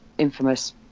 infamous